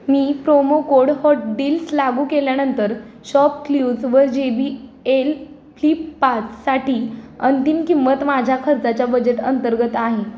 मी promo code hot deals लागू केल्यानंतर ShopClues व जे बी एल फ्लिपकार्टसाठी अंतिम किंमत माझ्या खर्चाच्या बजेट अंतर्गत आहे